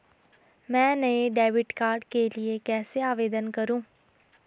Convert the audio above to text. मैं नए debit card के लिए कैसे आवेदन करूं?